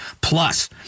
plus